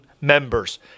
members